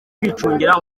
kwicungira